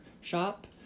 Shop